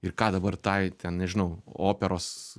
ir ką dabar tai ten nežinau operos